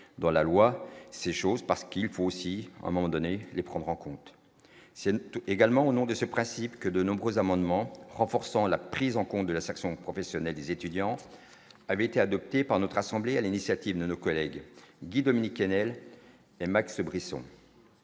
dans la loi, c'est chose parce qu'il faut aussi abandonner les prendre en compte, c'est une tout également au nom de ce principe que de nombreux amendements renforçant la prise en compte de la professionnelle des étudiants avait été adoptée par notre assemblée, à l'initiative de nos collègues, Guy et Max Brisson